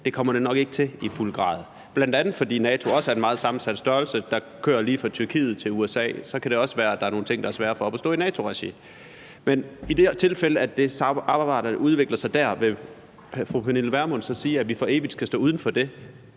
kommer det nok ikke til det i fuld grad, bl.a. fordi NATO også er en meget sammensat størrelse, der går lige fra Tyrkiet til USA. Så derfor kan der også være nogle ting, der er svære at få op at stå i NATO-regi. Men i forhold til det her tilfælde med det samarbejde, der udvikler sig der, vil fru Pernille Vermund så sige, at vi for evigt skal stå uden for det,